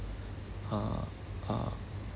uh uh